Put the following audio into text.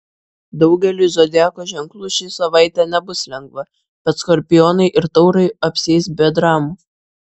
daugeliui zodiako ženklų ši savaitė nebus lengva bet skorpionai ir taurai apsieis be dramų